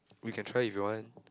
we can try if you want